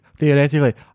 Theoretically